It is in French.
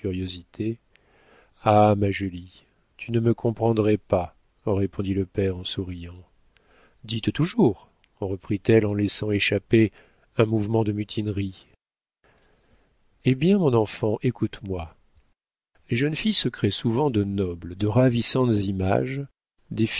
ah ma julie tu ne me comprendrais pas répondit le père en soupirant dites toujours reprit-elle en laissant échapper un mouvement de mutinerie eh bien mon enfant écoute-moi les jeunes filles se créent souvent de nobles de ravissantes images